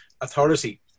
Authority